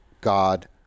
God